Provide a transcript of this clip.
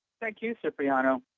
thank you, seprieono.